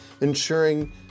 ensuring